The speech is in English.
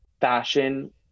Fashion